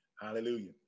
hallelujah